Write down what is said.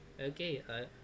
Okay